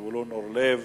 זבולון אורלב.